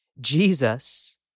Jesus